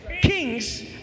kings